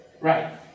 Right